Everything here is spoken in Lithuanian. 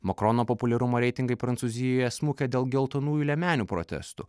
makrono populiarumo reitingai prancūzijoje smukę dėl geltonųjų liemenių protestų